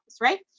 right